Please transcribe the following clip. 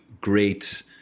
great